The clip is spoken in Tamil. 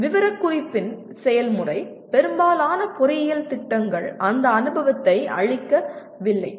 விவரக்குறிப்பின் செயல்முறை பெரும்பாலான பொறியியல் திட்டங்கள் அந்த அனுபவத்தை அளிக்கவில்லை